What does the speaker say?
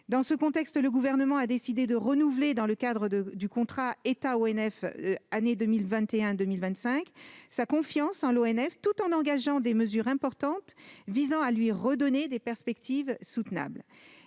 Dans ce contexte, le Gouvernement a décidé de renouveler, dans le cadre du contrat État-ONF pour les années 2021 à 2025, sa confiance en l'Office, tout en engageant des mesures importantes visant à lui redonner des perspectives soutenables.